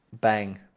bang